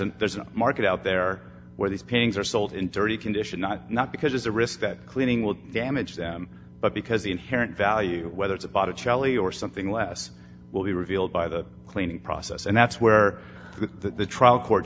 an there's a market out there where these paintings are sold in thirty condition not not because there's a risk that cleaning will damage them but because the inherent value whether it's about a cheli or something less will be revealed by the cleaning process and that's where the trial court